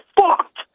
fucked